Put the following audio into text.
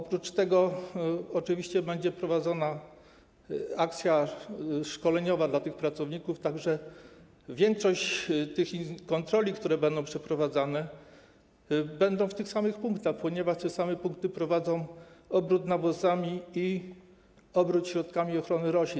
Oprócz tego oczywiście będzie prowadzona akcja szkoleniowa dla tych pracowników, tak że większość tych kontroli, które będą przeprowadzane, będzie się odbywała w tych samych punktach, ponieważ te same punkty prowadzą obrót nawozami i obrót środkami ochrony roślin.